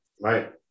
right